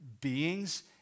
beings